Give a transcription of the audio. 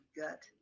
gut